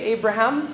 Abraham